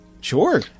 Sure